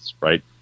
right